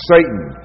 Satan